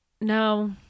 No